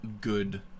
good